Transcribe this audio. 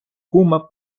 кума